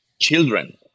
children